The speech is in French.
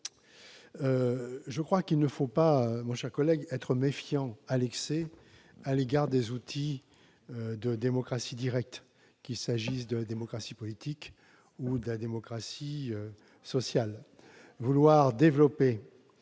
je crois qu'il ne faut pas, mon cher collègue, être méfiant à l'excès à l'égard des outils de démocratie directe, qu'il s'agisse de la démocratie politique ou de la démocratie sociale. Vouloir développer